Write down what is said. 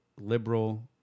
liberal